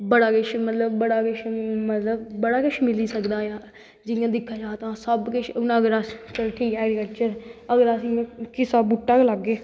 बड़ा किश मतलव बड़ा किश बड़ा कुश मिली सकदा ऐ जियां दिक्केआ जा तां सब कुश ठीक ऐ हुन ऐग्रीकल्चर अगर अस किसे दा बूह्टा गै लाग्गे